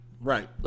Right